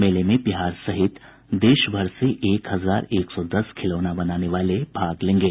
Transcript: मेले में बिहार सहित देश भर से एक हजार एक सौ दस खिलौना बनाने वाले भाग लेंगे